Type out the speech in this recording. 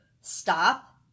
stop